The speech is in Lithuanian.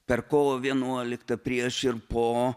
per kovo vienuoliktą prieš ir po